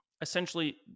essentially